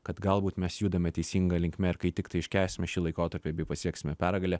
kad galbūt mes judame teisinga linkme ir kai tiktai iškęsime šį laikotarpį bei pasieksime pergalę